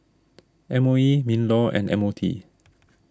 M O E MinLaw and M O T